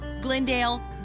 Glendale